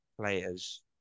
players